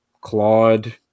Claude